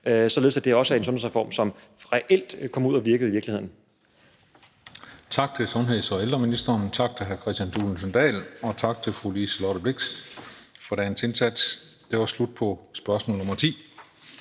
således at det også er en sundhedsreform, som reelt kommer ud at virke i virkeligheden.